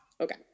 Okay